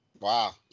Wow